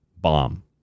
bomb